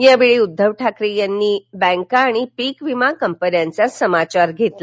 यावेळी उद्धव ठाकरेंनी बँका आणि पीकविमा कंपन्यांचा समाचार घेतला